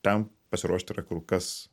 tam pasiruošt yra kur kas